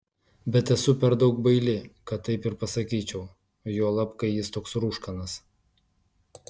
bet esu per daug baili kad taip ir pasakyčiau juolab kai jis toks rūškanas